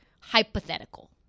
hypothetical